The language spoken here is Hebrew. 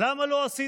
למה זה